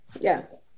Yes